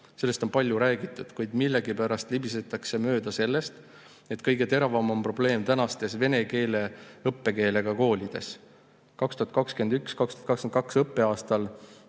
Sellest on palju räägitud, kuid millegipärast libisetakse mööda sellest, et kõige teravam on probleem vene õppekeelega koolides. 2021/2022. õppeaastal